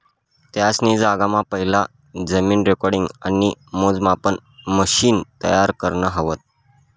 तेसनी जगमा पहिलं जमीन रेकॉर्डिंग आणि मोजमापन मशिन तयार करं व्हतं